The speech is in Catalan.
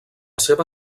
seva